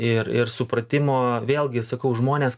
ir ir supratimo vėlgi sakau žmonės